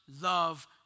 love